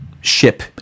ship